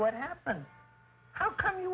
what happened how come you